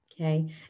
okay